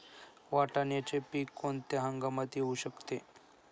वाटाण्याचे पीक कोणत्या हंगामात येऊ शकते?